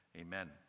Amen